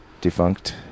Defunct